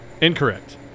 Incorrect